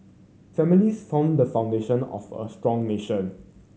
families form the foundation of a strong nation